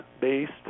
based